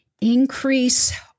increase